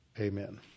amen